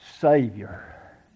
Savior